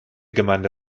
gemeinde